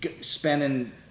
spending